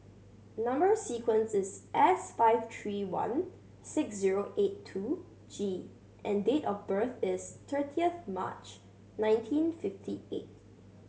number sequence is S five three one six zero eight two G and date of birth is thirtieth March nineteen fifty eight